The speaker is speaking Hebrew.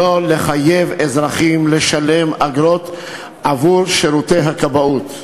שלא לחייב אזרחים לשלם אגרות עבור שירותי הכבאות.